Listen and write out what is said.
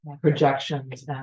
projections